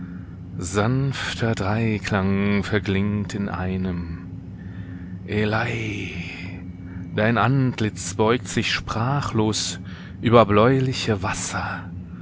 sanfter dreiklang verklingt in einem elai dein antlitz beugt sich sprachlos über bläuliche wasser